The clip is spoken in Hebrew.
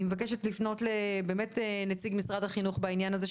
אני מבקשת לפנות לנציג משרד החינוך בעניין הזה,